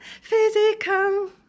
physical